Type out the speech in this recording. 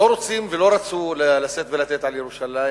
לא רוצות ולא רצו לשאת ולתת על ירושלים